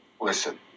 Listen